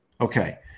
Okay